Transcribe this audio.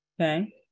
Okay